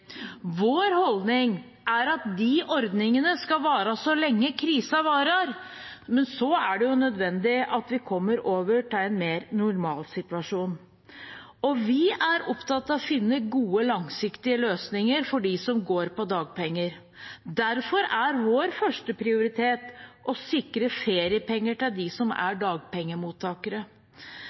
Vår holdning er at de ordningene skal vare så lenge krisen varer, men så er det jo nødvendig at vi kommer over til en mer normal situasjon. Vi er opptatt av å finne gode, langsiktige løsninger for dem som går på dagpenger. Derfor er vår førsteprioritet å sikre feriepenger til dem som er dagpengemottakere.